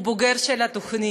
הוא עצמו בוגר של התוכנית,